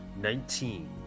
Nineteen